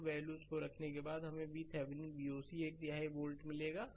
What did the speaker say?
उन वैल्यूको रखने के बाद हमें VThevenin Voc यह एक तिहाई वोल्ट 13 वोल्ट मिलेगा